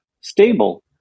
stable